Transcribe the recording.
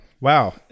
Wow